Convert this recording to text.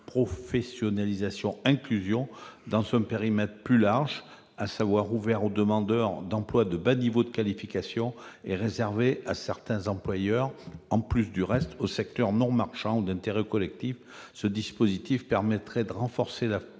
professionnalisation-inclusion » dans un périmètre plus large, ouvert aux demandeurs d'emploi de bas niveau de qualification et réservé à certains employeurs, en particulier du secteur non marchand ou d'intérêt collectif. Ce dispositif permettrait de renforcer la formation